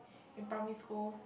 in primary school